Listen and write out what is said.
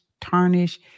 tarnish